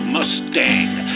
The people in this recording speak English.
Mustang